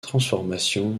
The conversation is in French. transformation